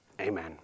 Amen